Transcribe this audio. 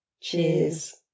Cheers